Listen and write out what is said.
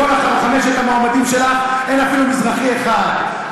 בכל חמשת המועמדים שלך אין אפילו מזרחי אחד.